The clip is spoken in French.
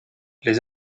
les